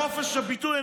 חופש הביטוי,